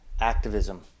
activism